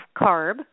carb